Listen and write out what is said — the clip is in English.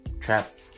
trap